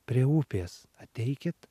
prie upės ateikit